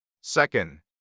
second